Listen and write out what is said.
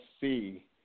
see